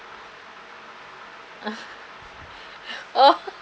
oh